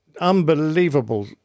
unbelievable